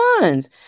ones